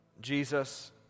Jesus